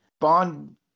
Bond